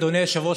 אדוני היושב-ראש,